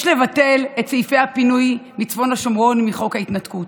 יש לבטל את סעיפי הפינוי מצפון השומרון מחוק ההתנתקות.